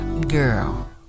Girl